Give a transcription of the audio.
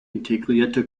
integrierte